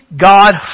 God